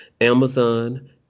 Amazon